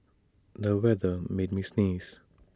the weather made me sneeze